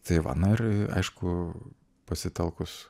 tai va na ir aišku pasitelkus